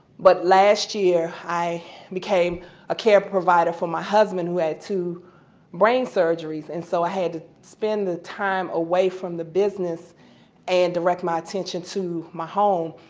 but last year i became a care provider for my husband who had two brain surgeries. and so i had to spend the time away from the business and direct my attention to my home.